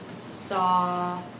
saw